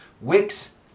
Wix